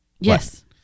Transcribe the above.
Yes